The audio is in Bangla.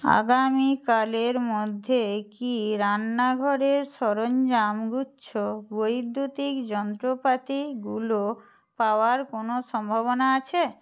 আগামীকালের মধ্যে কি রান্নাঘরের সরঞ্জামগুচ্ছ বৈদ্যুতিক যন্ত্রপাতিগুলো পাওয়ার কোনও সম্ভাবনা আছে